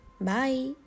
bye